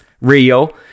real